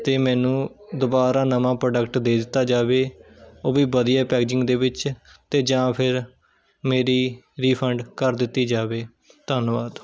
ਅਤੇ ਮੈਨੂੰ ਦੁਬਾਰਾ ਨਵਾਂ ਪ੍ਰੋਡਕਟ ਦੇ ਦਿੱਤਾ ਜਾਵੇ ਉਹ ਵੀ ਵਧੀਆ ਪੈਕਜਿੰਗ ਦੇ ਵਿੱਚ ਅਤੇ ਜਾਂ ਫਿਰ ਮੇਰੀ ਰੀਫੰਡ ਕਰ ਦਿੱਤੀ ਜਾਵੇ ਧੰਨਵਾਦ